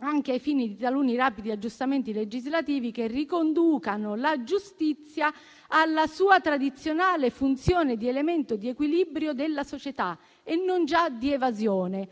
anche ai fini di taluni rapidi aggiustamenti legislativi, che riconducano la giustizia alla sua tradizionale funzione di elemento di equilibrio della società e non già di evasione.